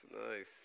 nice